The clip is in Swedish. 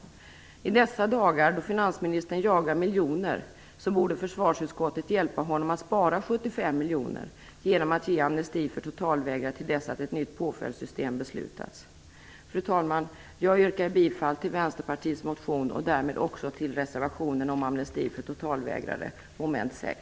I dessa dagar då finansministern jagar miljoner borde försvarsutskottet hjälpa honom att spara 75 miljoner kronor genom att ge amnesti till totalvägrare till dess ett nytt påföljdssystem har trätt i kraft. Fru talman! Jag yrkar bifall till Vänsterpartiets motion och därmed också till reservationen om amnesti för totalvägrare, mom. 6.